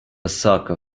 sucker